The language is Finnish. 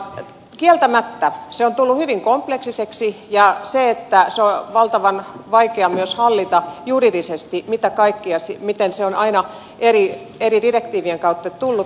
kieltämättä se on tullut hyvin kompleksiseksi ja on valtavan vaikea myös juridisesti hallita miten se on aina eri direktiivien kautta tullut